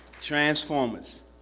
Transformers